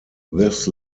this